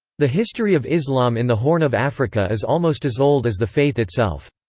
the history of islam in the horn of africa is almost as old as the faith itself.